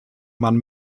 man